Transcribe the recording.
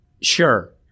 Sure